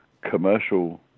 commercial